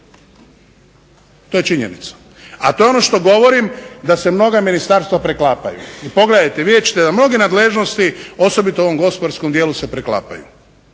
To je činjenica, a to je ono što govorim da se mnoga ministarstva preklapaju. I pogledajte, vidjet ćete da mnoge nadležnosti, osobito u ovom gospodarskom dijelu se preklapaju